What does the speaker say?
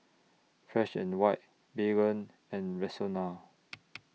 Fresh and White Baygon and Rexona